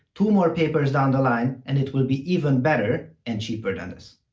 two more papers down the line, and it will be even better and cheaper than this.